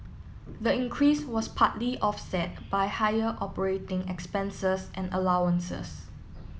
the increase was partly offset by higher operating expenses and allowances